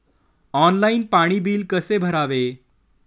Online पाणी bill कसे भरावे?